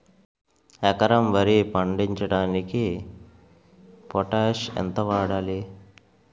ఎకరం వరి పండించటానికి పొటాష్ ఎంత వాడాలి?